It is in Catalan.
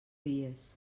dies